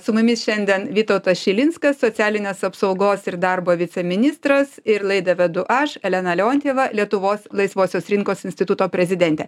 su mumis šiandien vytautas šilinskas socialinės apsaugos ir darbo viceministras ir laidą vedu aš elena leontjeva lietuvos laisvosios rinkos instituto prezidentė